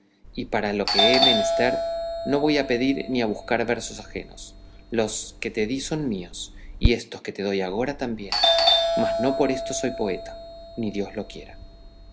y para lo que he menester no voy a pedir ni a buscar versos ajenos los que te di son míos y éstos que te doy agora también mas no por esto soy poeta ni dios lo quiera